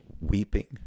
weeping